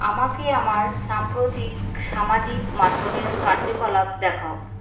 আমাকে আমার সাম্প্রতিক সামাজিক মাধ্যমের কার্যকলাপ দেখাও